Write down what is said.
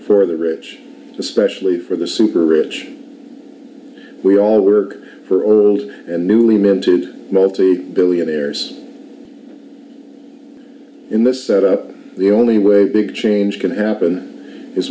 for the rich especially for the super rich we all work for or a newly minted multi billionaires in this the only way big change can happen is